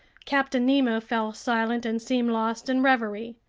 captain nemo fell silent and seemed lost in reverie.